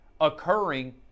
occurring